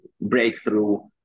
breakthrough